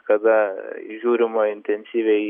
kada žiūrima intensyviai